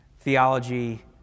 theology